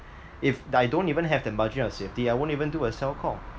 if I don't even have the margin of safety I won't even do a sell call